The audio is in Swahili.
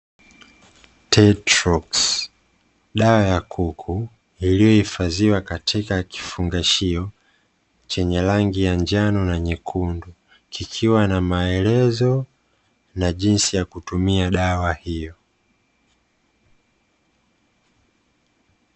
"Tetrox" dawa ya kuku iliyohifadhiwa katika kifungashio chenye rangi ya njano na nyekundu, kikiwa na maelezo na jinsi ya kutumia dawa hiyo.